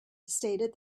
stated